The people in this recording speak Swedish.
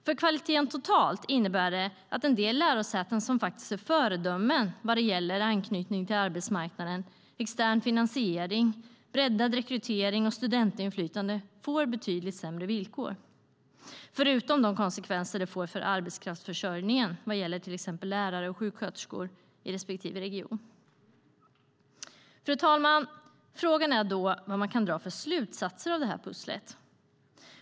För kvaliteten totalt innebär det att en del lärosäten, som faktiskt är föredömen vad gäller anknytning till arbetsmarknaden, extern finansiering, breddad rekrytering och studentinflytande, får betydligt sämre villkor. Dessutom får det konsekvenser för arbetskraftsförsörjningen vad gäller till exempel lärare och sjuksköterskor i respektive region. Fru talman! Frågan är då vad man kan dra för slutsatser av detta pussel.